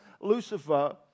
Lucifer